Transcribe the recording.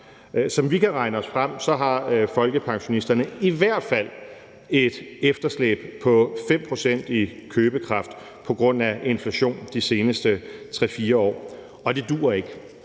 Som vi kan regne os frem til, har folkepensionisterne et efterslæb på i hvert fald 5 pct. i købekraft på grund af inflationen de seneste 3-4 år, og det duer ikke.